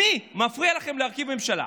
מי מפריע לכם להרכיב ממשלה?